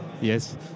Yes